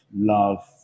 love